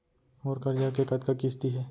मोर करजा के कतका किस्ती हे?